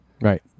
Right